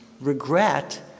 regret